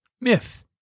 Myth